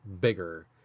bigger